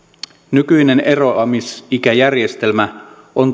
nykyinen eroamisikäjärjestelmä on